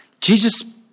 Jesus